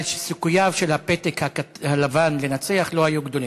כי סיכוייו של הפתק הלבן לנצח לא היו גדולים.